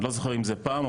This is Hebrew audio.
אני לא זוכר אם זה פעם,